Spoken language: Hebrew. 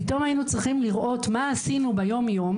פתאום היינו צריכים לראות מה עשינו ביום יום